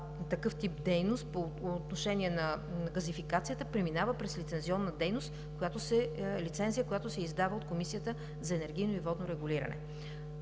такъв тип дейност по отношение на газификацията преминава през лицензионна дейност, лицензия, която се издава от Комисията за енергийно и водно регулиране.